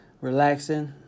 relaxing